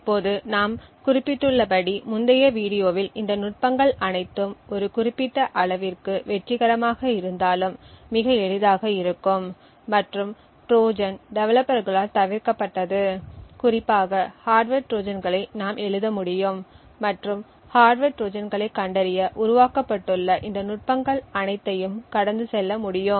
இப்போது நாம் குறிப்பிட்டுள்ளபடி முந்தைய வீடியோவில் இந்த நுட்பங்கள் அனைத்தும் ஒரு குறிப்பிட்ட அளவிற்கு வெற்றிகரமாக இருந்தாலும் மிக எளிதாக இருக்கும் மற்றும் ட்ரோஜன் டெவலப்பர்களால் தவிர்க்கப்பட்டது குறிப்பாக ஹார்ட்வர் ட்ரோஜான்களை நாம் எழுத முடியும் மற்றும் ஹார்ட்வர் ட்ரோஜான்களைக் கண்டறிய உருவாக்கப்பட்டுள்ள இந்த நுட்பங்கள் அனைத்தையும் கடந்து செல்ல முடியும்